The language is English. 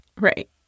Right